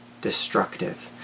destructive